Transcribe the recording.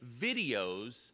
videos